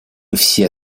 все